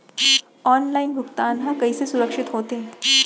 Online भुगतान हा कइसे सुरक्षित होथे?